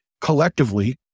collectively